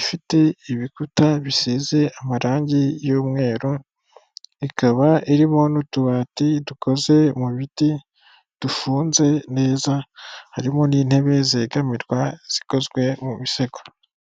ifite ibikuta bisize amarangi y'umweru ikaba irimo n'utubati dukoze mu biti dufunze neza harimo n'intebe zegamirwa zikozwe mu misego.